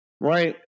right